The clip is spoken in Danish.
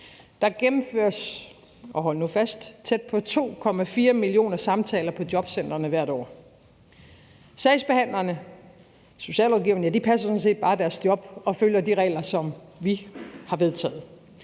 hold nu fast – tæt på 2,4 millioner samtaler på jobcentrene hvert år. Sagsbehandlerne, altså socialrådgiverne, passer sådan set bare deres job og følger de regler, som vi har vedtaget.